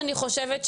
שאני חושבת,